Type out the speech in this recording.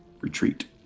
retreat